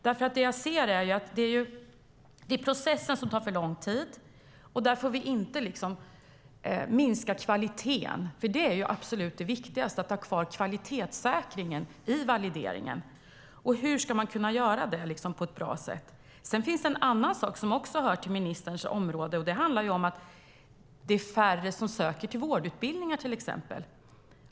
Det jag ser är att processen tar för lång tid. Där får vi inte minska kvaliteten, för det är ju absolut det viktigaste, att ha kvar kvalitetssäkringen i valideringen. Hur ska man kunna göra det på ett bra sätt? Det finns något annat som också hör till ministerns område. Det handlar om att det är färre som söker till exempelvis vårdutbildningar.